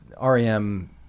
REM